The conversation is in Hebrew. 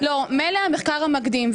מילא המחקר המקדים,